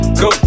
go